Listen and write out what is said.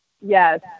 Yes